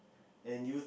and you